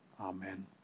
Amen